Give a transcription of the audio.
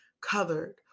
colored